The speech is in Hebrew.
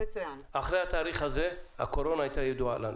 אחרי התאריך הזה הקורונה הייתה ידועה לנו